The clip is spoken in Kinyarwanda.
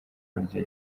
kurya